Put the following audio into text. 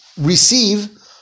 receive